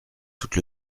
toute